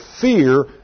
fear